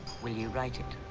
will you write it?